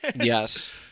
yes